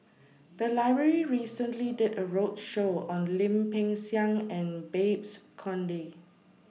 The Library recently did A roadshow on Lim Peng Siang and Babes Conde